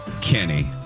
Kenny